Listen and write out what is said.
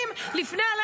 טלי,